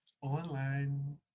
online